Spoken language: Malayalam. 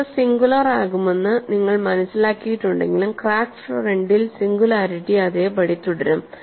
സ്ട്രേസ്സസ് സിംഗുലാർ ആകുമെന്ന് നമ്മൾ മനസ്സിലാക്കിയിട്ടുണ്ടെങ്കിലും ക്രാക്ക് ഫ്രണ്ടിൽ സിംഗുലാരിറ്റി അതേപടി തുടരും